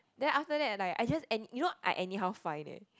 then after that like I just any you know I anyhow find eh